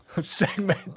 segment